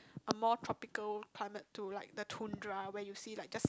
a more tropical climate to like the tundra where you see like just